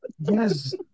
Yes